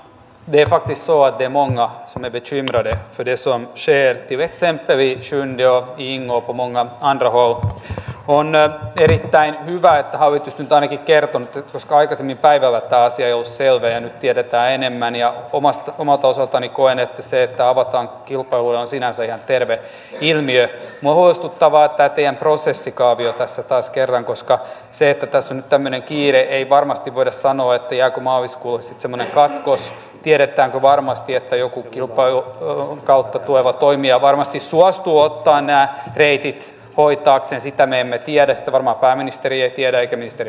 bihacissa ovat teemoina yksin ole edes on se etteivät tähän peliin syndiä viinoo pomona maanrakoon kun näytteli tai hyvä että hallitusten tai kertonut koska aikaisemmin päivällä taas ja jussi oveen tiedottaa enemmän ja omasta omalta osaltani koen että se että avataan kilpailulle on sinänsä ja terve ilmiö muistuttavaa kääpiön prosessikaaviota se taas kerran koska se että synnyttäminen kiire ei varmasti vedessä noitia kun maaliskuun kymmenes kaakkois tiedetäänkö varmasti että joku jopa yli sen kautta tuleva toimija varmasti suostu ottaa nämä reitit hoitaakseen sitä me emme tiedä varma pääministeriä kieltäytymisten